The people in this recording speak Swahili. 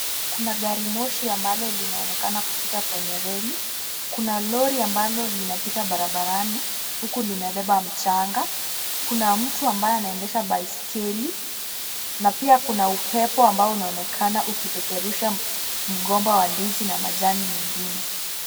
Kuna gari moshi ambalo linaonekana kupita kwenye reli. Kuna lori ambalo linapita barabarani ,huku limebeba mchanga. Kuna mtu ambaye anaendesha baiskeli na pia kuna upepo ambao unaonekana ukipeperusha mgomba wa ndizi na majani mengine.